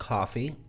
Coffee